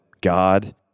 God